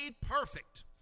perfect